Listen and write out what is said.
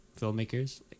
filmmakers